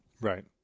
Right